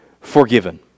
forgiven